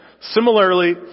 Similarly